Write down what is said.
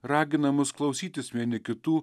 ragina mus klausytis vieni kitų